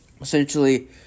essentially